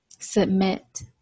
Submit